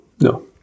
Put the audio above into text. no